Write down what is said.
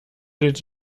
did